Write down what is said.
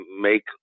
make